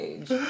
age